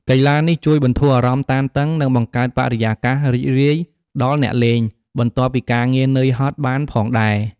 កីឡានេះជួយបន្ធូរអារម្មណ៍តានតឹង និងបង្កើតបរិយាកាសរីករាយដល់អ្នកលេង បន្ទាប់ពីការងារនឿយហត់បានផងដែរ។